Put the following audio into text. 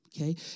Okay